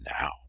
now